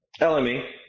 LME